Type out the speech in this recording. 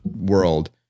world